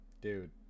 Dude